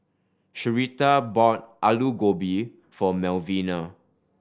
Sharita bought Alu Gobi for Melvina